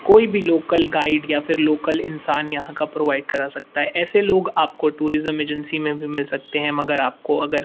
कोई भी local guide या फिर लोकल इंसान यहाँ का प्रोवाइड करा सकता है ऐसे लोग आपको टूरिज़्म एजेंसी में भी मिल सकते हैं मगर आपको अगर